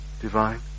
divine